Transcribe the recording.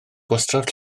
gwastraff